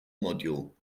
module